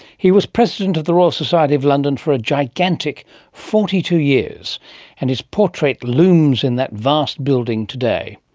he was president of the royal society of london for a gigantic forty two years and his portrait looms in that vast building today.